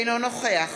אינו נוכח